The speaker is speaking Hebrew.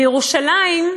בירושלים,